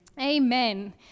Amen